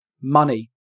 money